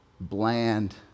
bland